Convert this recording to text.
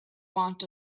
want